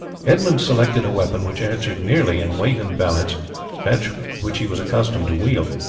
edmund selected a weapon which answered nearly in weight and balance that which he was accustomed to wield.